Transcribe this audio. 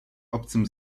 obcym